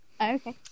Okay